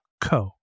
co